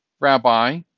Rabbi